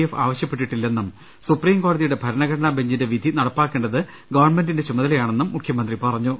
F ആവശൃപ്പെട്ടിട്ടില്ലെന്നും സുപ്രീം കോടതിയുടെ ഭരണ ഘടനാ ബെഞ്ചിന്റെ വിധി നടപ്പാക്കേണ്ടത് ഗവൺമെന്റിന്റെ ചുമതലയാണെന്നും മുഖ്യമന്ത്രി പറഞ്ഞു